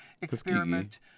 experiment